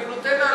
לא,